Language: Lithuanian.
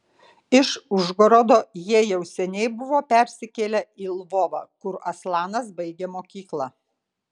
iš užgorodo jie jau seniai buvo persikėlę į lvovą kur aslanas baigė mokyklą